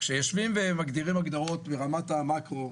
כשיושבים ומגדירים הגדרות ברמת המקרו,